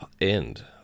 end